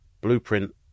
blueprint